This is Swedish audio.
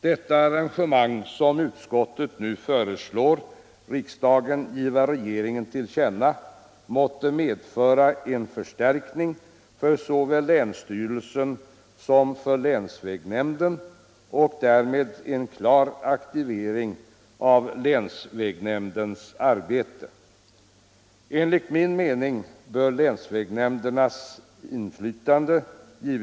Det arrangemang som utskottet nu föreslår att riks — Nr 49 dagen skall giva regeringen till känna måste medföra en förstärkning Torsdagen den för såväl länsstyrelsen som länsvägnämnden och därmed en klar ak 3 april 1975 tivering av länsvägnämndens arbete. — Enligt min mening bör länsvägsnämndernas inflytande ökas.